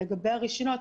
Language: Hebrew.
לגבי הרישיונות,